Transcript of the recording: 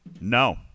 No